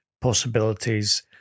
possibilities